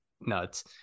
nuts